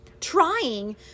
trying